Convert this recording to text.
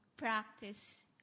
practice